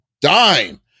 dime